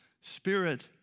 Spirit